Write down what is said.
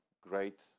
great